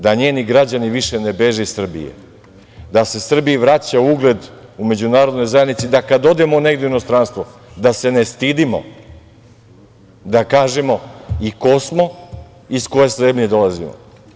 Da njeni građani više ne beže iz Srbije, da Srbiji vraća ugled u Međunarodnoj zajednici da kada odemo negde u inostranstvo, da se ne stidimo, da kažemo i ko smo, i iz koje sredine dolazimo.